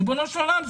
ריבונו של עולם,